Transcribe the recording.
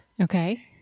okay